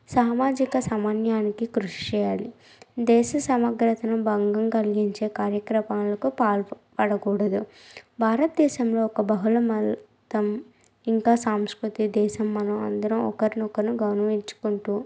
సామాజిక సామాన్యానికి కృషి చేయాలి దేశ సమగ్రతను భంగం కలిగించే కార్యక్రమాలకు పాల్పడకూడదు భారత దేశంలో ఒక బహుళ మతం ఇంకా సంస్కృతి దేశం మనందరం ఒకరినొకరం గౌరవించుకుంటూ